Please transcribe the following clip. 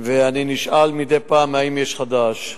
ואני נשאל מדי פעם אם יש חדש.